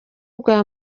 bwa